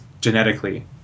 genetically